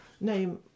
name